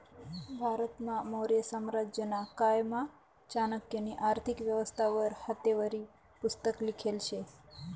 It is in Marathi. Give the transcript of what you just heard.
भारतमा मौर्य साम्राज्यना कायमा चाणक्यनी आर्थिक व्यवस्था वर हातेवरी पुस्तक लिखेल शे